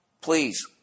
Please